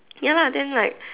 ya lah then like